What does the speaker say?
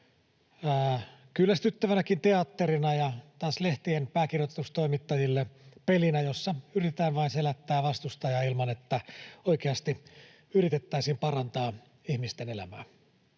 kyllästyttävänäkin teatterina ja taas lehtien pääkirjoitustoimittajille pelinä, jossa yritetään vain selättää vastustaja ilman, että oikeasti yritettäisiin parantaa ihmisten elämää.